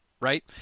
Right